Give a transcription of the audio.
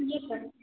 जी sir